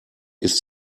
ist